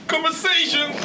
Conversation